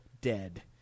dead